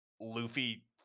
Luffy